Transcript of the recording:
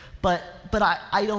but, but i don't,